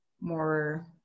more